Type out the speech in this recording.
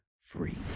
free